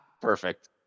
Perfect